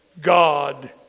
God